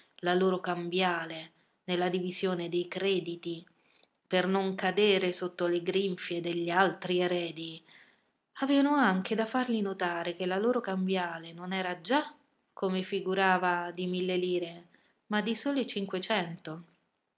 la loro cambiale nella divisione dei crediti per non cadere sotto le grinfie degli altri eredi avevano anche da fargli notare che la loro cambiale non era già come figurava di mille lire ma di sole cinquecento